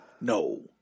No